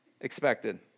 expected